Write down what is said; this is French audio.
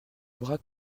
bras